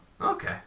Okay